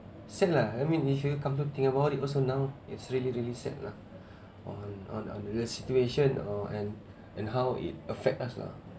sad lah I mean if you come to think about it also now it's really really sad lah on on the real situation or and and how it affects us lah